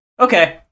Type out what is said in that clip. okay